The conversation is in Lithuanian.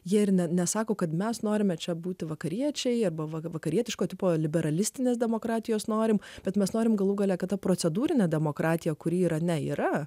jie ir net nesako kad mes norime čia būti vakariečiai arba vakarietiško tipo liberalistinės demokratijos norime bet mes norime galų gale kada procedūrinę demokratiją kuri yra ne yra